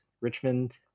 Richmond